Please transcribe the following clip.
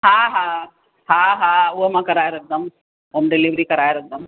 हा हा हा हा उओ मां कराए रखंदमि होम डिलेविरी कराए रखंदमि